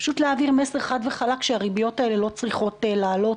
פשוט להעביר מסר חד וחלק שהריביות האלה לא צריכות לעלות,